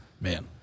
man